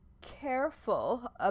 careful